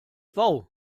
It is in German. wow